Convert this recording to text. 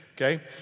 okay